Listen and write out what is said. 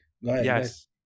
yes